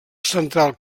central